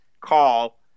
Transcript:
call